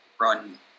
run